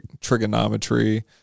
trigonometry